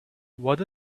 what